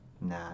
Nah